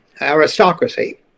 aristocracy